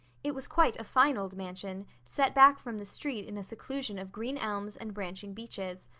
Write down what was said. it was quite a fine old mansion, set back from the street in a seclusion of green elms and branching beeches.